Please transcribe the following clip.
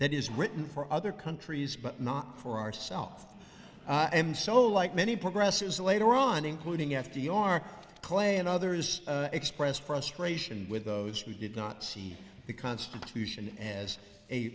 that is written for other countries but not for ourselves i am so like many progressives later on including f d r clay and others expressed frustration with those who did not see the constitution as a